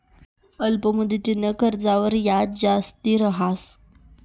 अल्प मुदतनं कर्जवर याज जास्ती रहास